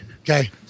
Okay